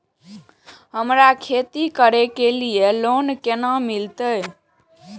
हमरा खेती करे के लिए लोन केना मिलते?